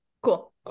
Cool